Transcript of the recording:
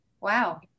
wow